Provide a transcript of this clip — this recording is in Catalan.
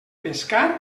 pescar